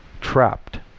trapped